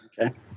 Okay